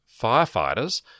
firefighters